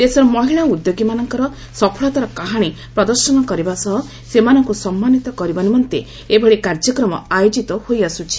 ଦେଶର ମହିଳା ଉଦ୍ୟୋଗୀମାନଙ୍କର ସଫଳତାର କାହାଣୀ ପ୍ରଦର୍ଶନ କରିବା ସହ ସେମାନଙ୍କୁ ସମ୍ମାନିତ କରିବା ନିମନ୍ତେ ଏଭଳି କାର୍ଯ୍ୟକ୍ରମ ଆୟୋଜିତ ହୋଇଆସୁଛି